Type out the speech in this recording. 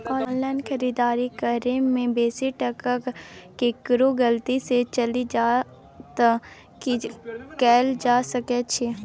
Online खरीददारी करै में बेसी टका केकरो गलती से चलि जा त की कैल जा सकै छै?